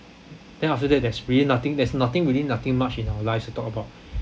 then after that there's really nothing there's nothing really nothing much in our lives to talk about